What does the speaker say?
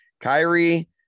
Kyrie